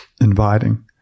inviting